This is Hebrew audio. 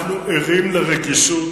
אנחנו ערים לרגישות